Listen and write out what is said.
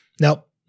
nope